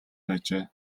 байжээ